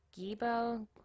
Gibo